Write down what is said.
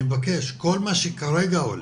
אני מבקש, כל מה שכרגע עולה,